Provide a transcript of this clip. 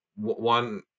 one